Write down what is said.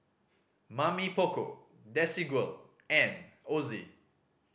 Mamy Poko Desigual and Ozi